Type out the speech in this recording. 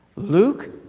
luke.